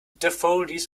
daffodils